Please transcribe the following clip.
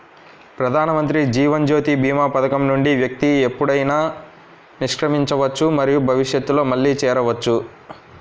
ప్రధానమంత్రి జీవన్ జ్యోతి భీమా పథకం నుండి వ్యక్తి ఎప్పుడైనా నిష్క్రమించవచ్చు మరియు భవిష్యత్తులో మళ్లీ చేరవచ్చు